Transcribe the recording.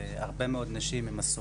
והרבה מאוד הן נשים הסובלות